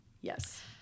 yes